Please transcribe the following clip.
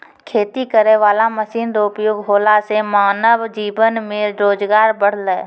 खेती करै वाला मशीन रो उपयोग होला से मानब जीवन मे रोजगार बड़लै